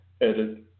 edit